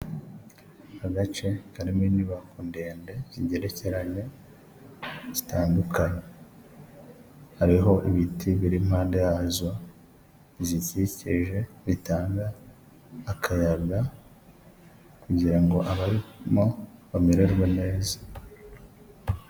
Agace karimo inyubako ndende, zigerekeranye, zitandukanye, hariho ibiti biri impande yazo, bizikikije bitanga akayaga, kugira ngo abarimo bamererwe neza.